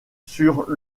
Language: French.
sur